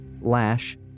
Lash